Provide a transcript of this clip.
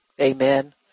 Amen